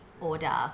order